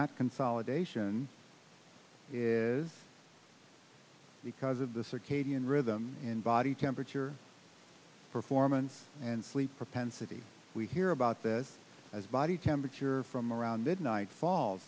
that consolidation is because of the circadian rhythm and body temperature performance and sleep propensity we hear about this as body temperature from around that night fall